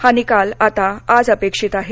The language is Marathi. हा निकाल आता आज अपेक्षित आहे